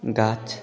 গাছ